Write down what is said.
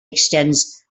extends